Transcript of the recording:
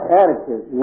attitude